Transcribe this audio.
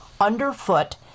underfoot